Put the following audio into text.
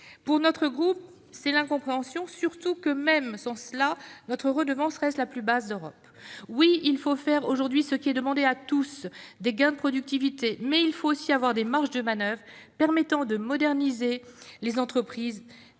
Pour notre groupe, c'est l'incompréhension, d'autant que même sans cela, notre redevance reste la plus basse d'Europe. Oui, il faut faire aujourd'hui des gains de productivité-cela est demandé à tous-, mais il faut aussi avoir des marges de manoeuvre permettant de moderniser les entreprises,